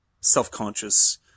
self-conscious